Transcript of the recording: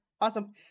Awesome